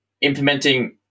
implementing